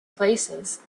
places